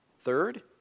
third